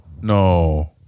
No